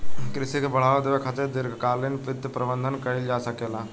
कृषि के बढ़ावा देबे खातिर दीर्घकालिक वित्त प्रबंधन कइल जा सकेला